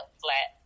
flat